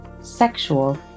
sexual